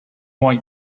white